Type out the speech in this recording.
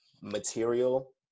material